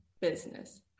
business